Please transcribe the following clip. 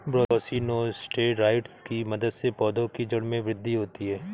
brassinosteroids की मदद से पौधों की जड़ की वृद्धि होती है